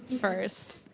first